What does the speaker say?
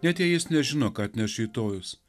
net jei jis nežino ką atneš rytojus